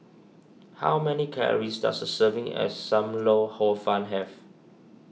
how many calories does a serving as Sam Lau Hor Fun have